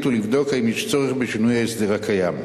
ולבדוק האם יש צורך בשינוי ההסדר הקיים.